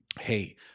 Hey